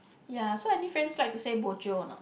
ya so any friends like to say bo jio or not